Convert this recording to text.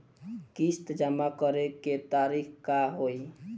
किस्त जमा करे के तारीख का होई?